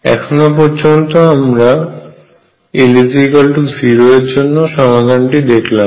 আমরা এখনো পর্যন্ত l0 এর জন্য সমাধানটি দেখলাম